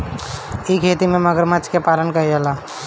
इ खेती में मगरमच्छ के पालल जाला